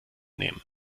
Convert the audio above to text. nehmen